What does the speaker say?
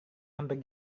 hampir